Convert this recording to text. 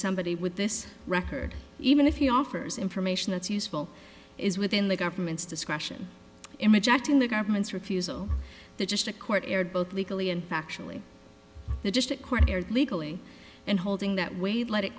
somebody with this record even if he offers information that's useful is within the government's discretion image acting the government's refusal that just a court erred both legally and factually the district court erred legally and holding that way let it